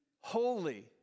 Holy